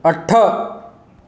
अठ